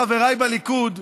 חברי בליכוד,